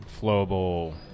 flowable